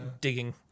digging